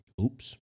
Oops